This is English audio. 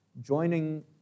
joining